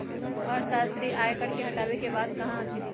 अर्थशास्त्री आय कर के हटावे के बात कहा हथिन